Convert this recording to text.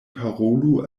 parolu